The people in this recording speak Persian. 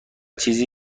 چیزی